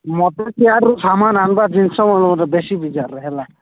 ମତକ ଆରୁ ସାମାନ ଆବା ଜିନିଷମାନର ବେଶୀ ବିଜାର ହେଲା